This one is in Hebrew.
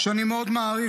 שאני מאוד מעריך.